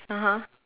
(uh huh)